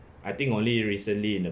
I think only recently in the